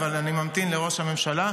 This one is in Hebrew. אבל אני ממתין לראש הממשלה.